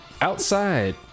outside